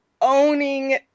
owning